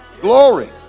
Glory